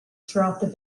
throughout